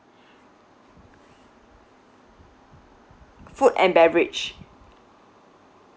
food and beverage